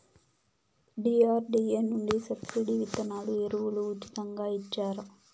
DRDA నుండి subsidy విత్తనాలు ఎరువులు ఉచితంగా ఇచ్చారా?